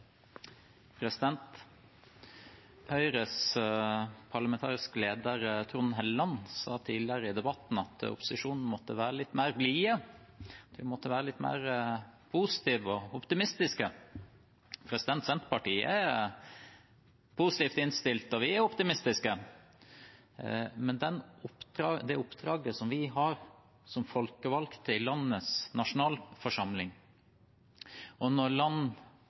Høyres parlamentariske leder, Trond Helleland, sa tidligere i debatten at vi i opposisjonen måtte være litt blidere, litt mer positive og optimistiske. Senterpartiet er positivt innstilt, og vi er optimistiske. Det oppdraget som vi har som folkevalgte i landets nasjonalforsamling når folk og